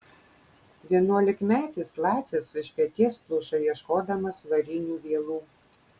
vienuolikmetis lacis iš peties pluša ieškodamas varinių vielų